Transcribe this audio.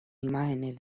imágenes